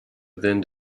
then